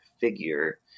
figure